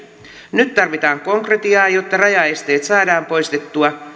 nyt tarvitaan konkretiaa jotta rajaesteet saadaan poistettua